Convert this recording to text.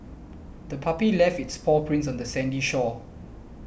the puppy left its paw prints on the sandy shore